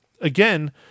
again